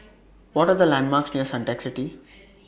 What Are The landmarks near Suntec City